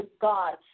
God